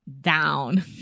Down